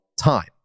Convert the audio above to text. time